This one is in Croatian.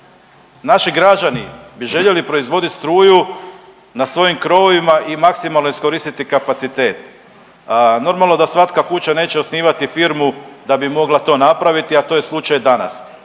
naši građani bi željeli proizvoditi struju na svojim krovovima i maksimalno iskoristiti kapacitet. Normalno da svaka kuća neće osnivati firmu da bi mogla to napraviti, a to je slučaj danas.